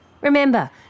Remember